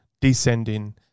descending